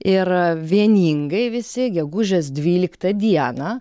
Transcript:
ir vieningai visi gegužės dvyliktą dieną